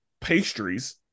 pastries